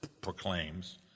proclaims